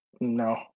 no